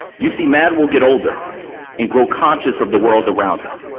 you see, mad will get older and grow conscious of the world around her.